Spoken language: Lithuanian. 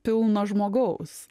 pilno žmogaus